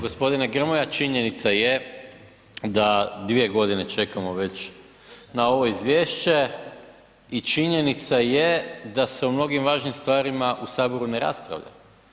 G. Grmoja činjenica je da 2 godine čekamo već na ovo izvješće i činjenica je da se o mnogim važnim stvarima u Saboru na raspravlja.